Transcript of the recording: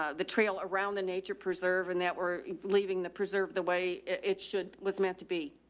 ah the trail around the nature preserve and that we're leaving the preserve the way it should was meant to be.